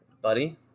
buddy